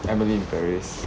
emily in paris